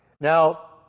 Now